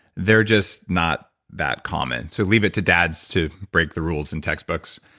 they're just not that common. so leave it to dads to break the rules in textbooks.